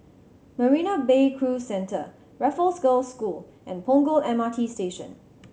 Marina Bay Cruise Centre Raffles Girls' School and Punggol M R T Station